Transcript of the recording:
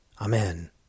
Amen